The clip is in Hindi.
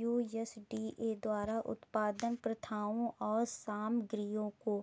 यू.एस.डी.ए द्वारा उत्पादन प्रथाओं और सामग्रियों को